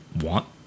want